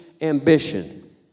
ambition